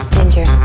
Ginger